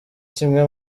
kimwe